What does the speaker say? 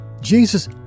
Jesus